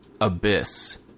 abyss